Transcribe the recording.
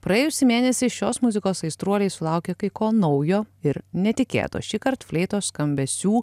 praėjusį mėnesį šios muzikos aistruoliai sulaukė kai ko naujo ir netikėto šįkart fleitos skambesių